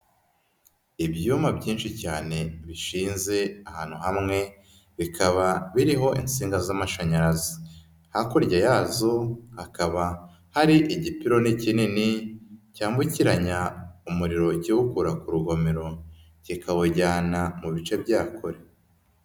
Ibyuma byinshi cyane bishinze ahantu hamwe, bikaba biriho insinga z'amashanyarazi. Hakurya yazo hakaba hari igipironi kinini cyambukiranya umuriro kiwukura ku rugomero kikawujyana mu bice bya kure.